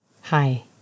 Hi